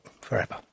forever